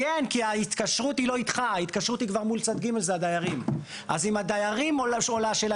כי ההתקשרות היא לא איתך אלא עם הדיירים שהם צד ג'.